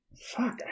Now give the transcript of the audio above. Fuck